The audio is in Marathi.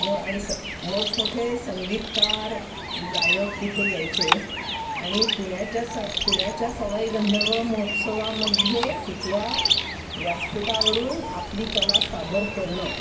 मो आणि स मोठमोठे संगीतकार गायक तिथे यायचे आणि पुण्याच्या सा पुण्याच्या सवाई गंधर्व महोत्सवामध्ये तिथल्या व्यासपीठावरून आपली कला सादर करणं